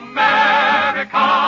America